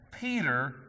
Peter